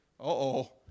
Uh-oh